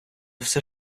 все